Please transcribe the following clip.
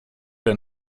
der